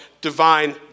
divine